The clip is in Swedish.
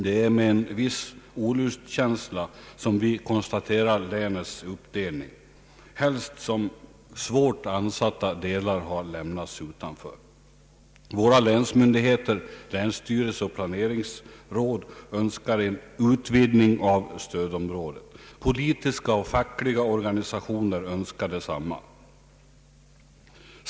Det är med en viss olustkänsla vi konstaterar länets uppdelning, helst som svårt ansatta delar har lämnats utanför. Våra länsmyndigheter — länsstyrelse och planeringsråd — önskar en utvidgning av stödområdet. Politiska och fackliga organisationer önskar detsamma.